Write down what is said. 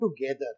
together